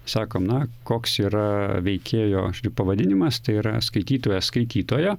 sakom na koks yra veikėjo pavadinimas tai yra skaitytojas skaitytoja